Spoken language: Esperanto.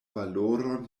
valoron